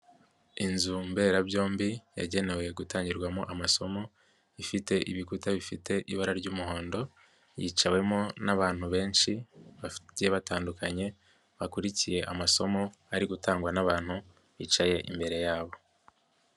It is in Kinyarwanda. Inzu mberabyombi yagenewe gutangirwamo amasomo, ifite ibikuta bifite ibara ry'umuhondo yiciwemo n'abantu benshi batandukanye bakurikiye amasomo ari gutangwa n'abantu bicaye imbere yabo.